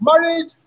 marriage